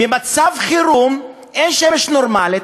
במצב חירום אין שמש נורמלית,